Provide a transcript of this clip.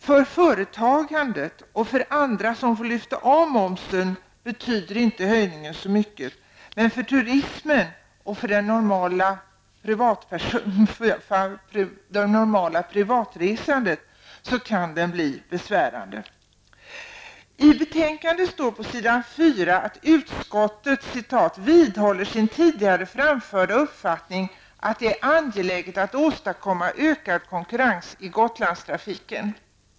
För företag och andra som får lyfta av momsen betyder inte höjningen så mycket, men för turismen och det normala privatresandet kan den bli besvärande. I betänkandet står på s. 4: ''Utskottet vidhåller sin tidigare framförda uppfattningen att det är angeläget att åstadkomma ökad konkurrens i Gotlandstrafiken.''